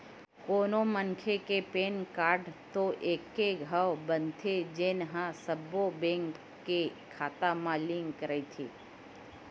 कोनो मनखे के पेन कारड तो एके घांव बनथे जेन ह सब्बो बेंक के खाता म लिंक रहिथे